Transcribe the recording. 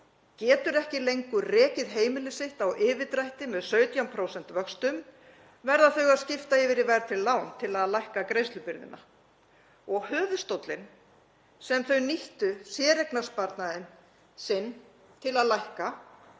getur ekki lengur rekið heimili sitt á yfirdrætti með 17% vöxtum, verða þau að skipta yfir í verðtryggð lán til að lækka greiðslubyrðina. Höfuðstóllinn, sem þau nýttu séreignarsparnaðinn sinn til að lækka,